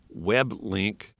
weblink